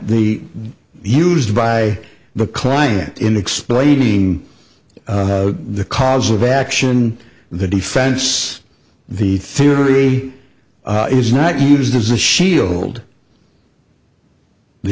the used by the client in explaining the cause of action the defense the theory is not used as a shield the